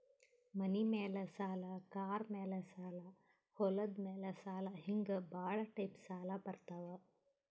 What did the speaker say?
ಮನಿ ಮ್ಯಾಲ ಸಾಲ, ಕಾರ್ ಮ್ಯಾಲ ಸಾಲ, ಹೊಲದ ಮ್ಯಾಲ ಸಾಲ ಹಿಂಗೆ ಭಾಳ ಟೈಪ್ ಸಾಲ ಬರ್ತಾವ್